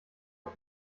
auf